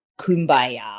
kumbaya